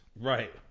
Right